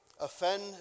Offend